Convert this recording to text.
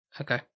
Okay